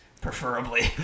preferably